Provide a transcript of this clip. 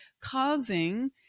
causing